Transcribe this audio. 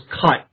cut